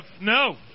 No